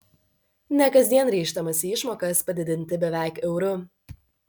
ne kasdien ryžtamasi išmokas padidinti beveik euru